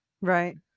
Right